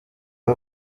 w’u